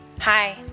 Hi